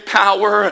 power